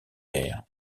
d’air